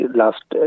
last